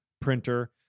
printer